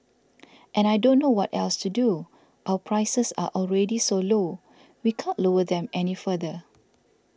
and I don't know what else to do our prices are already so low we can't lower them any further